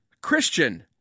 Christian